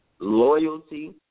loyalty